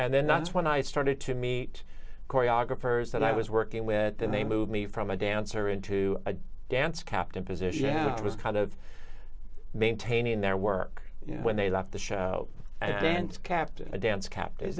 and then that's when i started to meet choreographers that i was working with then they moved me from a dancer into a dance captain position and it was kind of maintaining their work when they left the show and kept a dance kept is